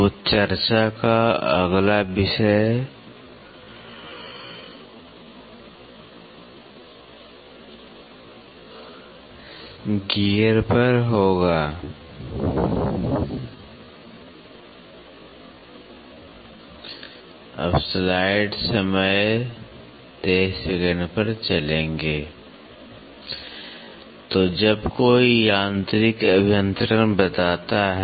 तो जब कोई यांत्रिक अभियंत्रण बताता है